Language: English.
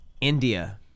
India